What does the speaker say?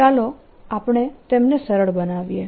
ચાલો આપણે તેમને સરળ બનાવીએ